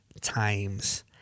times